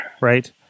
right